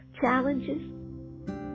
challenges